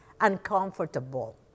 uncomfortable